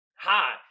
Hi